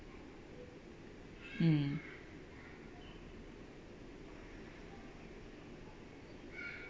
mm